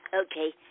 Okay